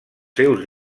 seus